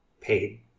paid